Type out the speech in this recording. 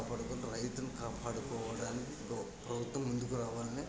రైతును కాపాడుకోవాలి రైతుని కాపాడుకోవడానికి ప్ర ప్రభుత్వం ముందుకు రావాలని